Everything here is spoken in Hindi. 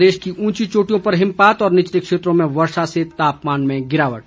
प्रदेश की ऊंची चोटियों पर हिमपात और निचले क्षेत्रों में वर्षा से तापमान में गिरावट